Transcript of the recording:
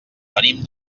venim